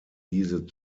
diese